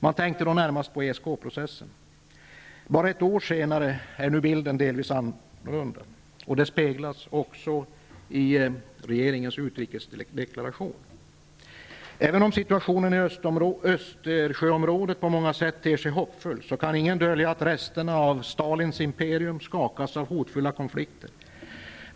Man tänkte då närmast på ESK-processen. Bara ett år senare är nu bilden delvis annorlunda. Detta speglas också i regeringens utrikesdeklaration. Även om situationen i Östersjöområdet på många sätt ter sig hoppfull, kan ingen dölja att resterna av Stalins imperium skakas av hotfulla konflikter.